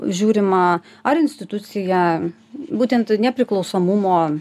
žiūrima ar institucija būtent nepriklausomumo